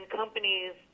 companies